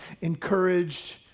encouraged